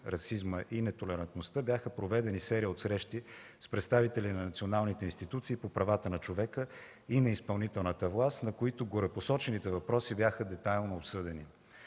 расизма и нетолерантността бяха проведени серия от срещи с представители на националните институции по правата на човека и на изпълнителната власт, на които горепосочените въпроси бяха детайлно обсъдени.